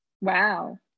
Wow